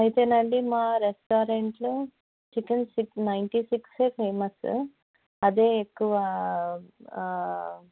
అయితేనండి మా రెస్టారెంట్లో చికెన్ సిక్ నైన్టీ సిక్సే ఫేమస్ అదే ఎక్కువ